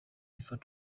refers